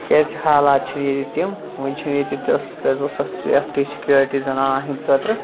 تکیازِ حالات چھِ نہٕ ییٚتہِ تِم وٕنۍ چھ نہٕ ییٚتہِ تِژھ سیفٹی سکیورٹی زَنانَن ہٕنٛدۍ خٲطرٕ